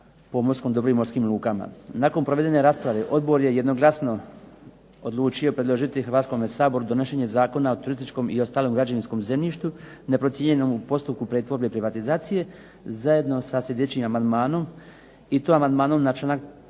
pomorskom dobru i morskim lukama. Nakon provedene rasprave, Odbor je jednoglasno odlučio predložiti Hrvatskom saboru donošenje Zakona o turističkom i ostalom građevinskom zemljištu, ... u postupku pretvorbe i privatizacije zajedno sa sljedećim amandmanom i to amandmanom na članak